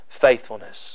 faithfulness